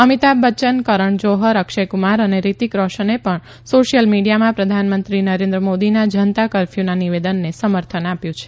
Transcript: અમિતાભ બચ્ચન કરણ જોહર અક્ષય કુમાર અને રુતીક રોશને પણ સોશીયલ મીડીયામાં પ્રધાનમંત્રી નરેન્દ્ર મોદીના જનતા કરર્ફયુના નિવેદનને સમર્થન આપ્યુ છે